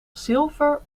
zilver